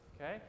okay